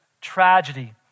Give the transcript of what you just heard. tragedy